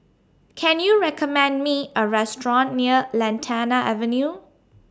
Can YOU recommend Me A Restaurant near Lantana Avenue